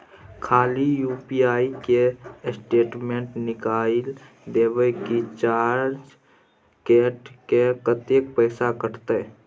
खाली यु.पी.आई के स्टेटमेंट निकाइल देबे की चार्ज कैट के, कत्ते पैसा कटते?